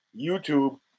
YouTube